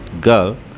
girl